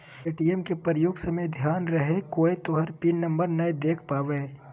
ATM के प्रयोग समय ध्यान रहे कोय तोहर पिन नंबर नै देख पावे